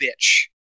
bitch